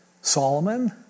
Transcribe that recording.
Solomon